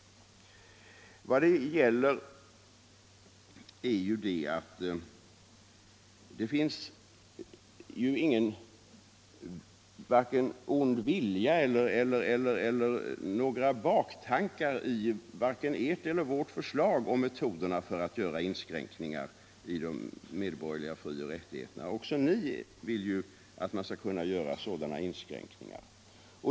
Vad det gäller är ju att det inte finns vare sig ond vilja eller några —LL baktankar i vare sig ert eller vårt förslag om metoderna för att göra in — Frioch rättigheter i skränkningar i de mänskliga frioch rättigheterna. Också ni vill ju att — grundlag man skall kunna göra sådana inskränkningar.